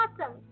awesome